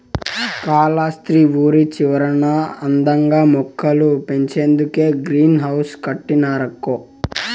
కాలస్త్రి ఊరి చివరన అందంగా మొక్కలు పెంచేదానికే గ్రీన్ హౌస్ కట్టినారక్కో